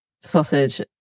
sausage